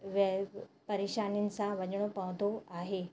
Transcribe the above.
वे परेशानियुनि सां वञिणो पवंदो आहे